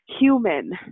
human